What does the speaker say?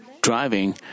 driving